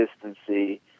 consistency